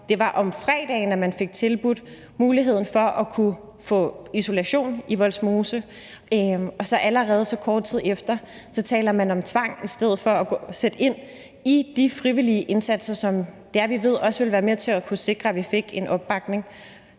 Det var om fredagen, man fik tilbudt muligheden for at få isolation i Vollsmose, og allerede så kort tid efter taler man så om tvang i stedet for at sætte ind i forhold til de frivillige indsatser, som vi ved også ville være med til at kunne sikre, at vi fik en opbakning.